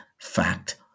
fact